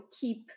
keep